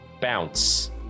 bounce